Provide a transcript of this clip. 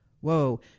Whoa